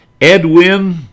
Edwin